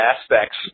aspects